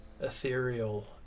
ethereal